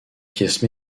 pièce